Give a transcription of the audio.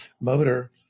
motor